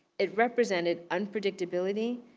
it represented unpredictability,